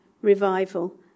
revival